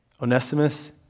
Onesimus